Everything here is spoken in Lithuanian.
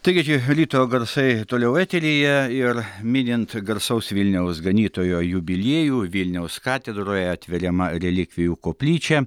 taigi ryto garsai toliau eteryje ir minint garsaus vilniaus ganytojo jubiliejų vilniaus katedroje atveriama relikvijų koplyčia